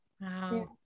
Wow